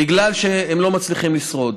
בגלל שהם לא מצליחים לשרוד,